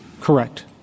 Correct